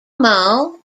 mall